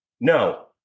No